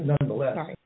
nonetheless